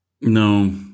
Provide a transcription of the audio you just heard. No